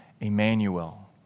Emmanuel